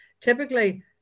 typically